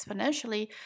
exponentially